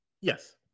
Yes